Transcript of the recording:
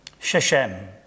Sheshem